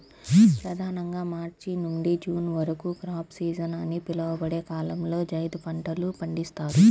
ప్రధానంగా మార్చి నుండి జూన్ వరకు క్రాప్ సీజన్ అని పిలువబడే కాలంలో జైద్ పంటలు పండిస్తారు